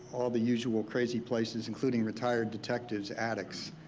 all the usual crazy places including retired detective's attics.